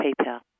PayPal